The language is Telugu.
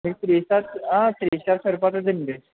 మీకు త్రీ స్టార్స్ ఆ త్రీ స్టార్ సరిపోతుందండి